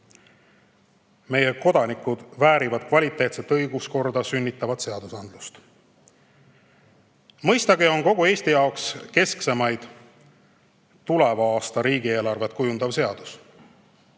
Meie kodanikud väärivad kvaliteetset õiguskorda sünnitavat seadusandlust. Mõistagi on kogu Eesti jaoks keskseimaid tuleva aasta riigieelarvet kujundav seadus.